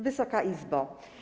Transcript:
Wysoka Izbo!